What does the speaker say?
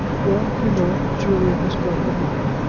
well you know, julia has got her money.